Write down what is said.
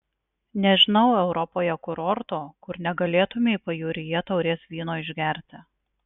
nežinau europoje kurorto kur negalėtumei pajūryje taurės vyno išgerti